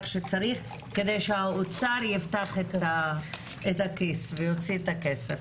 שצריך כדי שהאוצר יפתח את הכיס ויוציא את הכסף.